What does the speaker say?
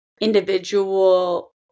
individual